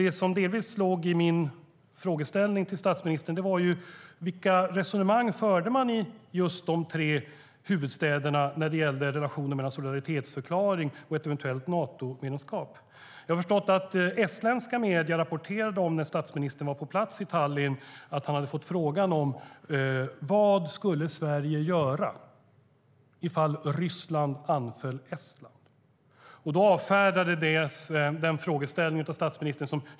Det som delvis låg i min fråga till statsministern var vilka resonemang som fördes i de tre huvudstäderna när det gällde relationen mellan solidaritetsförklaring och ett eventuellt Natomedlemskap.Jag har förstått att estländska medier rapporterade när statsministern var på plats i Tallinn att han hade fått en fråga om vad Sverige skulle göra om Ryssland anföll Estland. Då avfärdades frågan som hypotetisk av statsministern.